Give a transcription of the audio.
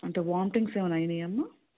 అంటే వామిటింగ్స్ ఏమైన అయినాయా అమ్మ